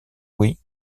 louis